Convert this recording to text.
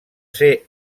ser